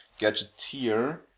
Gadgeteer